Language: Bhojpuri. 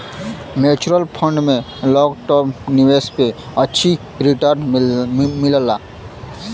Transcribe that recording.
म्यूच्यूअल फण्ड में लॉन्ग टर्म निवेश पे अच्छा रीटर्न मिलला